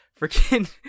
freaking